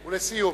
ולסיום.